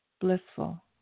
blissful